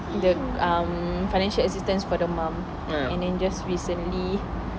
the um financial assistance for the mum and then just recently